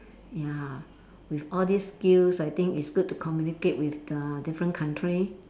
ya with all these skills I think it's good to communicate with the different country